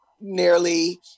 nearly